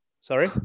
Sorry